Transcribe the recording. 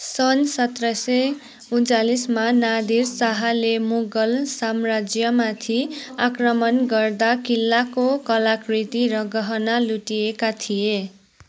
सन् सत्र सय उनन्चालिसमा नादिर शाहले मुगल साम्राज्यमाथि आक्रमण गर्दा किल्लाको कलाकृति र गहना लुटिएका थिए